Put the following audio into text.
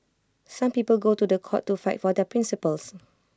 some people go to The Court to fight for their principles